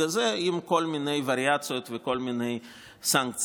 הזה עם כל מיני וריאציות וכל מיני סנקציות.